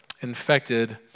infected